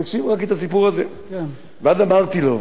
תקשיב לסיפור הזה: אז אמרתי לו,